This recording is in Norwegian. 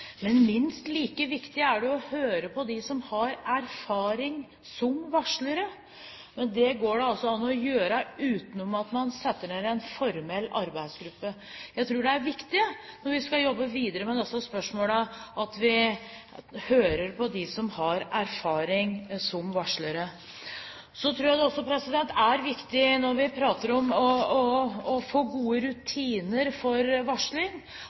Minst like viktig er det å høre på dem som har erfaring som varslere, men det går det altså an å gjøre uten at man setter ned en formell arbeidsgruppe. Når vi skal jobbe videre med disse spørsmålene, tror jeg det er viktig at vi hører på dem som har erfaring som varslere. Når vi prater om å få gode rutiner for varsling, tror jeg også det er viktig at det i den enkelte bedrift blir satt opp regler for hvordan varsling